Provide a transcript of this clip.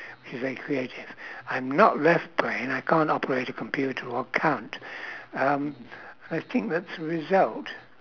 he's very creative I'm not left brained I can't operate a computer or count um I think that's a result